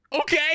Okay